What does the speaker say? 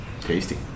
Tasty